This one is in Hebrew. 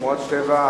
שמורות טבע,